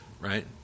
right